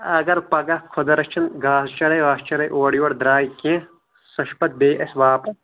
اگر پگہہ خۄدا رٔچھِن گاسہٕ چرٲے واسہٕ چرٲے اورٕ یور درٛاے کینہہ سۄ چھِ پَتہٕ بیٚیہِ اَسہِ واپس